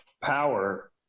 power